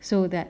so that